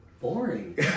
boring